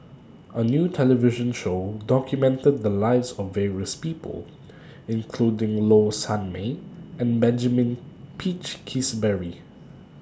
A New television Show documented The Lives of various People including Low Sanmay and Benjamin Peach Keasberry